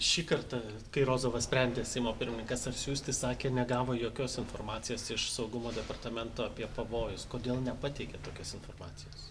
šį kartą kai rozova sprendė seimo pirmininkas ar siųsti sakė negavo jokios informacijos iš saugumo departamento apie pavojus kodėl nepateikė tokios informacijos